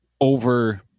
over